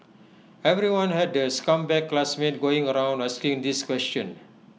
everyone had the scumbag classmate going around asking this question